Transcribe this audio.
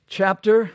chapter